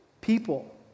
people